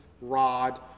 rod